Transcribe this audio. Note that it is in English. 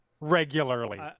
regularly